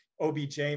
OBJ